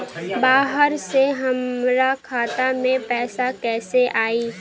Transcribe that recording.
बाहर से हमरा खाता में पैसा कैसे आई?